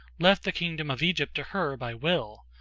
left the kingdom of egypt to her by will,